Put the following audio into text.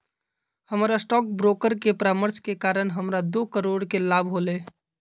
हमर stock broker के परामर्श के कारण हमरा दो करोड़ के लाभ होलय